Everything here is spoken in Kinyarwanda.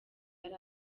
yari